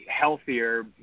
healthier